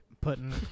Putting